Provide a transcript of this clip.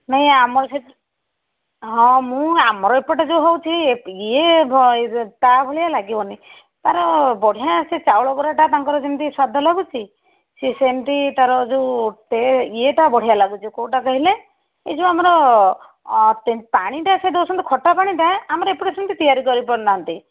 ନାଇଁ ଆମର ସେଇଠି ହଁ ମୁଁ ଆମର ଏପଟେ ଯେଉଁ ହେଉଛି ଏ ଇଏ ତା ଭଳିଆ ଲାଗିବନି ତା'ର ବଢ଼ିଆ ସେ ଚାଉଳବରାଟା ତାଙ୍କର ଯେମିତି ସ୍ୱାଦ ଲାଗୁଛି ସେ ସେମିତି ତା'ର ଯେଉଁ ଇଏଟା ବଢ଼ିଆ ଲାଗୁଛି କେଉଁଟା କହିଲେ ଏ ଯେଉଁ ଆମର ପାଣିଟା ସେ ଦେଉଛନ୍ତି ଖଟା ପାଣିଟା ଆମର ଏପଟେ ସେମିତି ତିଆରି କରିପାରୁନାହାନ୍ତି